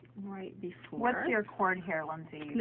but what's your cord here, lindsay?